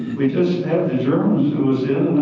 we just had the germans who was in,